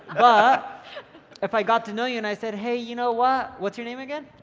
ah if i got to know you and i said hey you know what, what's your name again.